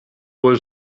was